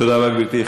תודה רבה, גברתי.